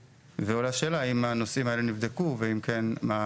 ועולה שאלה האם הנושאים האלה נבדקו ואם כן,